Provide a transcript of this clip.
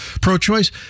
pro-choice